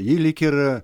ji lyg ir